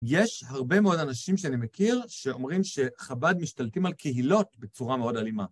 יש הרבה מאוד אנשים שאני מכיר שאומרים שחב"ד משתלטים על קהילות בצורה מאוד אלימה.